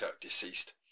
Deceased